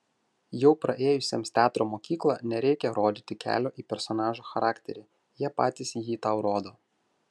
jau praėjusiems teatro mokyklą nereikia rodyti kelio į personažo charakterį jie patys jį tau rodo